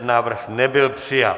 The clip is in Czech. Návrh nebyl přijat.